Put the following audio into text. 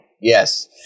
Yes